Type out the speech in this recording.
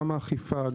גם האכיפה,